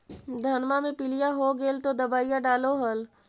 धनमा मे पीलिया हो गेल तो दबैया डालो हल?